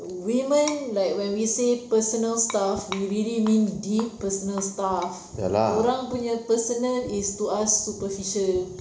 women like when we say personal stuff we really mean deep personal stuff orang punya personal is to us superficial